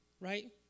right